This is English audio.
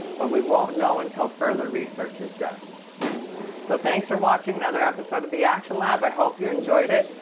but we won't know until further research is done so thanks for watching another episode of the action lab, i hope you enjoyed it,